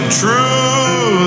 true